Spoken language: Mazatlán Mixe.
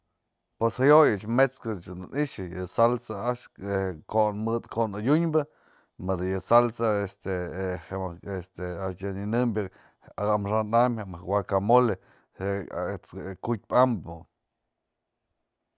Pues jayo'oyë met's ke dun i'ixa yë salsa a'ax je ko'on mëdë adyunbë mëdë yë salsa este je esta a'ax nyanënbyë amaxa'an am je mëjk huacamole je ku'utpë ambë.